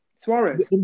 Suarez